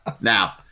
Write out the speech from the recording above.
Now